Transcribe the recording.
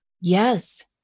Yes